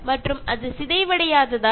അതിനാൽ അത് ക്ഷയിച്ചു പോകുന്നില്ല